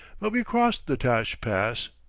but we cross the tash pass,